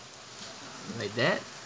like that